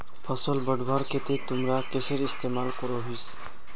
फसल बढ़वार केते तुमरा किसेर इस्तेमाल करोहिस?